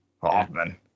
Hoffman